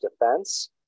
Defense